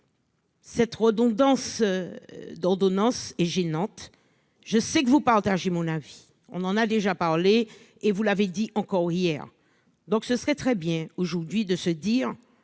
Cette redondance d'ordonnance et gênante, je sais que vous partagez mon avis, on en a déjà parlé et vous l'avez dit encore hier, donc, ce serait très bien aujourd'hui de se dire